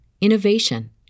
innovation